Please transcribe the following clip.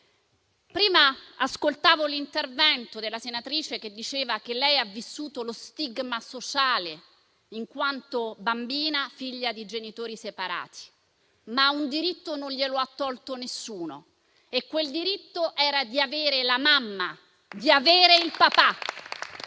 Prima ascoltavo l'intervento della senatrice che diceva che lei ha vissuto lo stigma sociale, in quanto bambina figlia di genitori separati; ma un diritto non glielo ha tolto nessuno e quel diritto era di avere la mamma, di avere il papà.